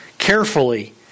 Carefully